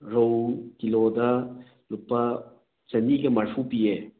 ꯔꯧ ꯀꯤꯂꯣꯗ ꯂꯨꯄꯥ ꯆꯅꯤꯒ ꯃꯔꯤꯐꯨ ꯄꯤꯌꯦ